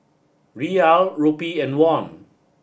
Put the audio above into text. Riyal Rupee and Won